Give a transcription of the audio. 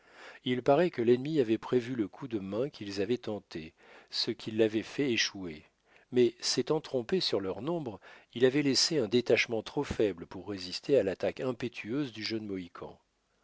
il parait que l'ennemi avait prévu le coup de main qu'ils avaient tenté ce qui l'avait fait échouer mais s'étant trompé sur leur nombre il avait laissé un détachement trop faible pour résister à l'attaque impétueuse du jeune mohican